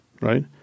right